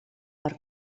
per